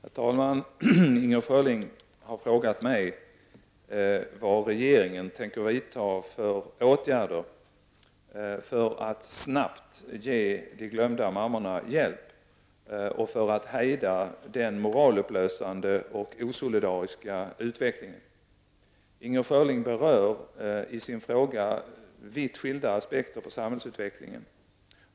Herr talman! Inger Schörling har frågat mig vad regeringen tänker vidta för åtgärder för att snabbt ge de glömda mammorna hjälp och för att hejda den moralupplösande och osolidariska utvecklingen. Inger Schörling berör i sin fråga vitt skilda aspekter på samhällsutvecklingen.